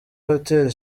hotel